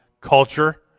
culture